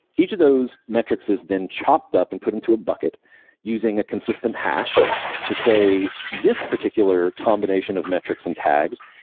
each of those metrics is then chopped up and put into a bucket using a consistent hash to say this particular combination of metrics and tags,